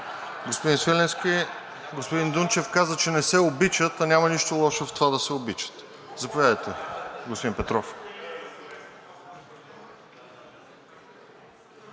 Господин Свиленски, господин Дунчев каза, че не се обичат, а няма нищо лошо в това да се обичат. Заповядайте, господин Петров.